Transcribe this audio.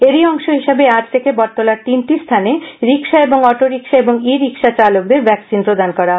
এরই অংশ হিসেবে আজ থেকে বটতলার তিনটি স্হানে রিক্সা ও অটো রিক্সা এবং ই রিক্সা চালকদের ভ্যাকসিন প্রদান করা হয়